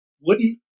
wooden